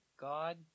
god